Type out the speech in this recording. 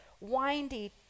windy